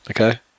Okay